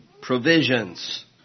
provisions